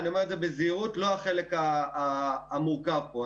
אני אומר את זה בזהירות התקציב הוא לא החלק המורכב פה.